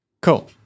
Cool